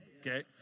okay